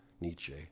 Nietzsche